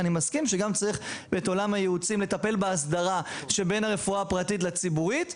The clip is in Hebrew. אני מסכים שבעולם הייעוץ צריך לטפל בהסדרה שבין הרפואה הציבורית לפרטית,